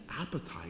appetite